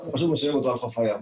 פשוט משאירים אותו על חוף הים.